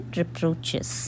reproaches